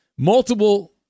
Multiple